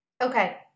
Okay